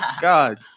God